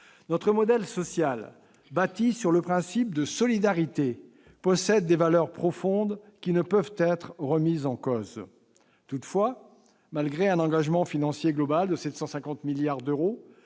Notre modèle social, bâti sur le principe de solidarité, possède des valeurs profondes qui ne peuvent être remises en cause. Toutefois, malgré un engagement financier global de 750 milliards d'euros,